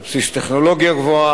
על בסיס טכנולוגיה גבוהה,